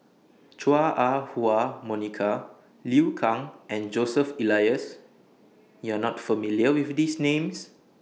Chua Ah Huwa Monica Liu Kang and Joseph Elias YOU Are not familiar with These Names